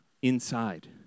inside